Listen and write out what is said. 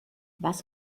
was